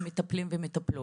מטפלים ומטפלות.